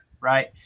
right